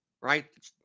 Right